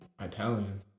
Italian